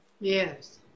Yes